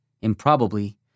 improbably